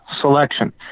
selection